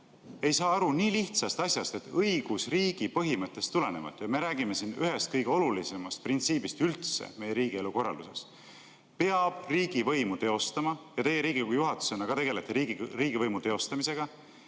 ei saa aru nii lihtsast asjast, mis tuleneb õigusriigi põhimõttest. Me räägime siin ühest kõige olulisemast printsiibist üldse meie riigielu korralduses: peab riigivõimu teostama – teie Riigikogu juhatusena tegelete ka riigivõimu teostamisega